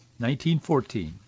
1914